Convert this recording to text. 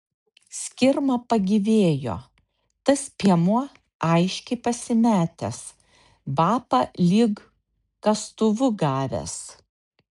skirma pagyvėjo tas piemuo aiškiai pasimetęs vapa lyg kastuvu gavęs